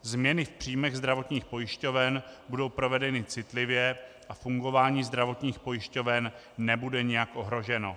Změny v příjmech zdravotních pojišťoven budou provedeny citlivě a fungování zdravotních pojišťoven nebude nějak ohroženo.